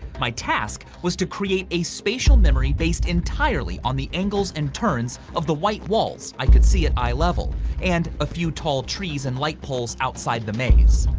my task was to create a spatial memory based entirely on the angles and turns of the white walls i could see at eye level and a few tall trees and light poles outside of the maze.